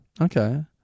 Okay